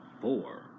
Four